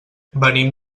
venim